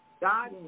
God